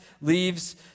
leaves